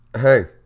hey